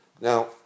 now